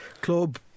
club